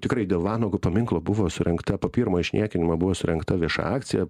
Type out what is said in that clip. tikrai dėl vanago paminklo buvo surengta po pirmo išniekinimo buvo surengta vieša akcija